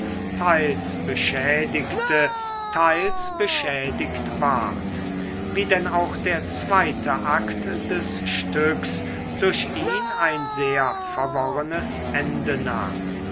teils beschädigte teils beschädigt ward wie denn auch der zweite akt des stücks durch ihn ein sehr verworrenes ende nahm